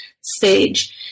stage